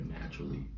naturally